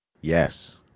Yes